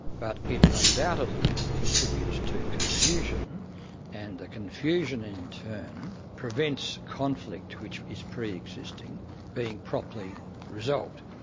but it undoubtedly contributes to confusion and the confusion in turn prevents conflict which is pre-existing being properly resolved,